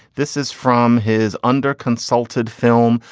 this is from his under consulted film.